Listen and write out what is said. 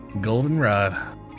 Goldenrod